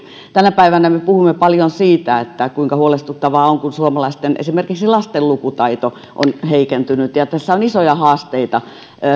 tänä päivänä me puhumme paljon siitä siitä kuinka huolestuttavaa on kun suomalaisten esimerkiksi lasten lukutaito on heikentynyt tässä on isoja haasteita